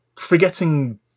forgetting